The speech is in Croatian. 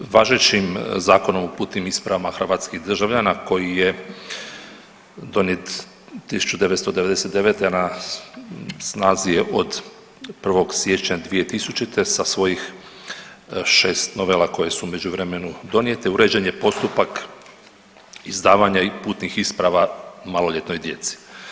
Važećim Zakonom o putnim ispravama hrvatskih državama koji je donijet 1999. na snazi je od 1. siječnja 2000. sa svojih 6 novela koje su u međuvremenu donijete, uređen je postupak izdavanja i putnih isprava maloljetnoj djeci.